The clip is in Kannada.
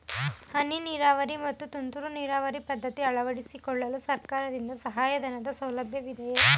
ಹನಿ ನೀರಾವರಿ ಮತ್ತು ತುಂತುರು ನೀರಾವರಿ ಪದ್ಧತಿ ಅಳವಡಿಸಿಕೊಳ್ಳಲು ಸರ್ಕಾರದಿಂದ ಸಹಾಯಧನದ ಸೌಲಭ್ಯವಿದೆಯೇ?